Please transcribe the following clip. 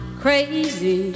crazy